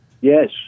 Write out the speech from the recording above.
yes